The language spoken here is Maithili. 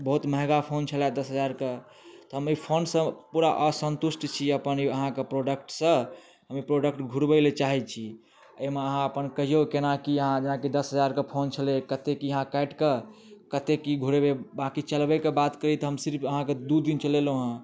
बहुत महगा फोन छलए दस हजारके हम एहि फोन सऽ पूरा असन्तुष्ट छी अपन ई अहाँके प्रोडक्ट सऽ प्रोडक्ट घुरबै ले चाहै छी एहि मे अहाँ अपन कहियौ केना की अहाँ हमरा जेनाकि दस हजार के फोन छलै कत्ते की काटि कऽ कत्ते की घुरेबै बाकी चलबै कऽ बात कही तऽ सिर्फ अहाँके दू दिन चलेलहुॅं हँ